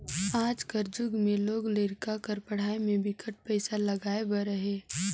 आज कर जुग में लोग लरिका कर पढ़ई में बिकट पइसा लगाए बर अहे